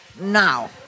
now